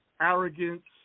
arrogance